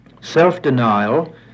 Self-denial